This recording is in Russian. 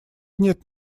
нет